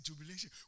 jubilation